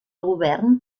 govern